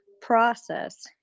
process